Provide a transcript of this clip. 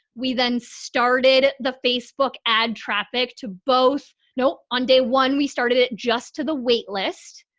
we then started the facebook ad traffic to both. nope. on day one we started it just to the wait list.